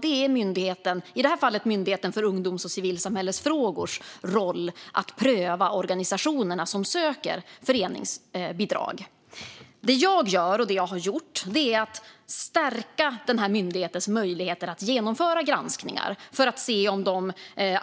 Det är myndighetens, i det här fallet Myndigheten för ungdoms och civilsamhällesfrågor, roll att pröva organisationerna som söker föreningsbidrag. Det jag gör, och det jag har gjort, är att stärka myndighetens möjligheter att genomföra granskningar för att se om de